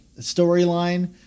storyline